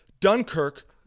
Dunkirk